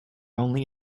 only